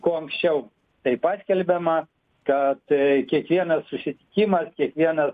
kuo anksčiau tai paskelbiama kad kiekvienas susitikimas kiekvienas